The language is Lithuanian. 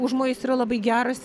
užmojis yra labai geras